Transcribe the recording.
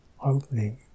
opening